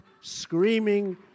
screaming